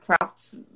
crafts